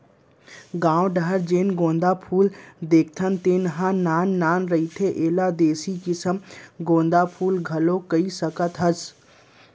गाँव डाहर जेन गोंदा फूल देखथन तेन ह नान नान रहिथे, एला देसी किसम गोंदा फूल घलोक कहि सकत हस